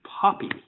Poppy